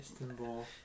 Istanbul